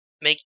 make